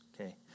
Okay